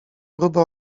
próbę